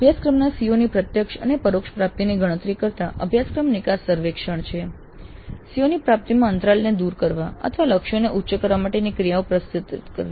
અભ્યાસક્રમના COs ની પ્રત્યક્ષ અને પરોક્ષ પ્રાપ્તિની ગણતરી કરતા અભ્યાસક્રમ નિકાસ સર્વેક્ષણ છે CO ની પ્રાપ્તિમાં અંતરાલને દૂર કરવા અથવા લક્ષ્યોને ઉચ્ચ કરવા માટેની ક્રિયાઓ પ્રસ્તાવિત કરવી